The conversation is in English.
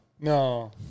No